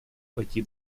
пойти